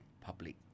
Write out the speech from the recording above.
public